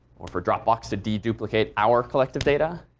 or for dropbox to deduplicate our collective data?